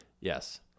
Yes